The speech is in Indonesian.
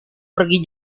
pergi